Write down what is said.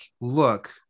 look